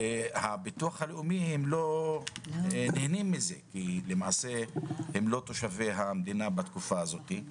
והם לא נהנים מביטוח לאומי כי הם לא תושבי המדינה בתקופה הזאת.